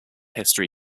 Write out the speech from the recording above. history